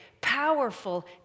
powerful